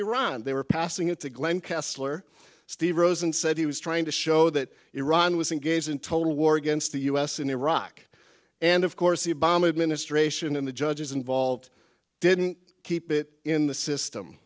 iran and they were passing it to glenn kessler steve rosen said he was trying to show that iran was engaged in total war against the u s in iraq and of course the obama administration and the judges involved didn't keep it in the system